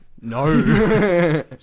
No